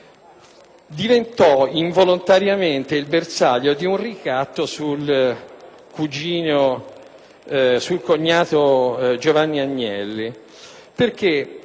diventò involontariamente il bersaglio di un ricatto sul cognato Giovanni Agnelli.